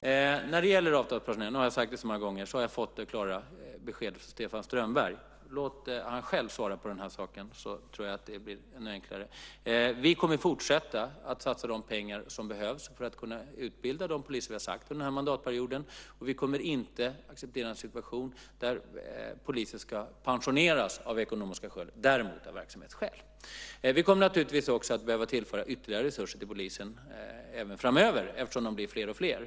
Herr talman! När det gäller avtalspensionärerna - nu har jag sagt det så många gånger - har jag fått det klara beskedet från Stefan Strömberg. Låt honom själv svara på detta, så tror jag att det blir ännu enklare. Vi kommer att fortsätta att satsa de pengar som behövs för att kunna utbilda de poliser som vi har sagt ska utbildas under denna mandatperiod. Och vi kommer inte att acceptera en situation där poliser ska pensioneras av ekonomiska skäl, däremot av verksamhetsskäl. Vi kommer naturligtvis att behöva tillföra ytterligare resurser till polisen även framöver eftersom de blir fler och fler.